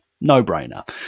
No-brainer